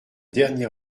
dernier